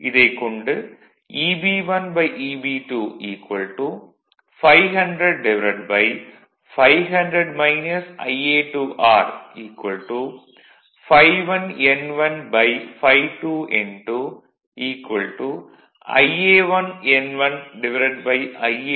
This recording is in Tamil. இதைக் கொண்டு Eb1Eb2 500500 Ia2R ∅1n1∅2n2 Ia1n1Ia2n2 40128